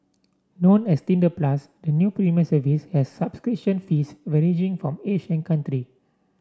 known as Tinder Plus the new premium service has subscription fees varying from age and country